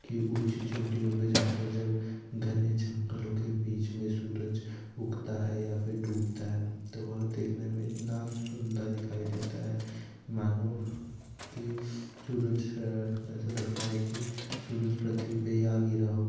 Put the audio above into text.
कि ऊंची चोटियों पे जाकर जब घने जंगलों के बीच में सूरज उगता है या फिर डूबता है तो वह देखने में इतना सुंदर दिखाई देता है मानो कि सूरज ऐसा लगता है कि सूरज पृथ्वी पर ही आ गिरा हो